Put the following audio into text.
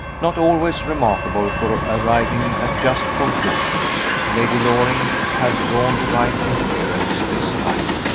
not always remarkable for arriving at just conclusions, lady loring had drawn the right inference this time.